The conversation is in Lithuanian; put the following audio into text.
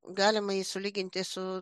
galime jį sulyginti su